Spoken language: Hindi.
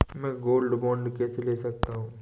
मैं गोल्ड बॉन्ड कैसे ले सकता हूँ?